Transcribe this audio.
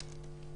מיידי".